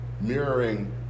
mirroring